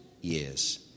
years